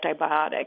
antibiotic